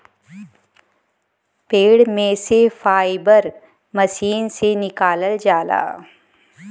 पेड़ में से फाइबर मशीन से निकालल जाला